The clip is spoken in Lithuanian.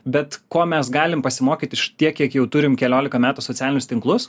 bet ko mes galim pasimokyti iš tiek kiek jau turim kelioliką metų socialinius tinklus